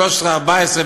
2013 ו-2014,